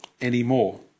anymore